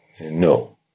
No